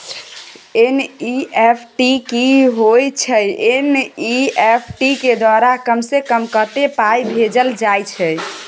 NEFT की होय छै एन.ई.एफ.टी के द्वारा कम से कम कत्ते पाई भेजल जाय छै?